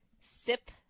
sip